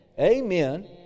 Amen